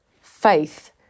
faith